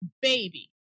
Baby